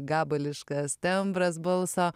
gabališkas tembras balso